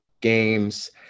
games